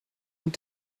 und